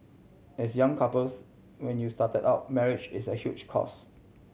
as young couples when you started out marriage is a huge cost